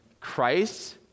Christ